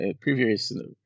previously